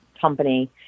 company